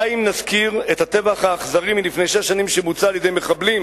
די אם נזכיר את הטבח האכזרי מלפני שש שנים שבוצע על-ידי מחבלים,